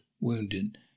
wounded